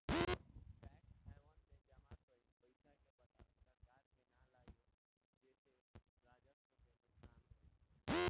tax haven में जमा कइल पइसा के पता सरकार के ना लागे जेसे राजस्व के नुकसान होला